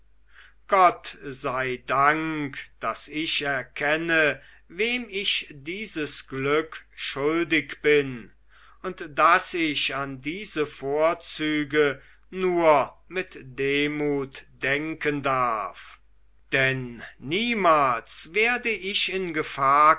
gott sei dank daß ich erkenne wem ich dieses glück schuldig bin und daß ich an diese vorzüge nur mit demut denken darf denn niemals werde ich in gefahr